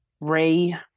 ray